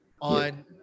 on